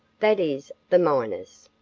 that is the miners.